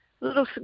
little